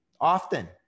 often